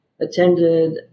attended